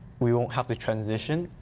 we won't have to transition.